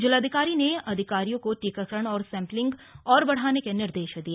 जिलाधिकारी ने अधिकारियों को टीकाकरण और सैम्पलिंग को और बढाने के निर्देश दिए